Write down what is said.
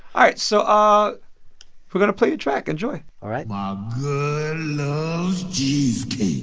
all right. so ah we're going to play you a track. enjoy all right my um loves cheesecake.